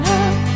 up